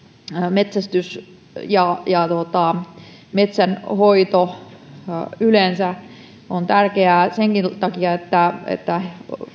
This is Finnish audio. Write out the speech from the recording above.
metsästys ja metsänhoito yleensä on tärkeää senkin takia että että